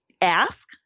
ask